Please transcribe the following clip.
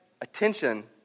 attention